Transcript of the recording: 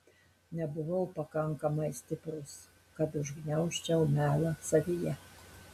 nebuvau pakankamai stiprus kad užgniaužčiau melą savyje